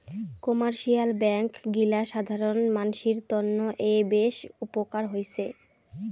commercial bank গিলা সাধারণ মানসির তন্ন এ বেশ উপকার হৈছে